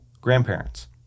grandparents